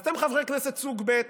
אז אתם חברי כנסת סוג ב'.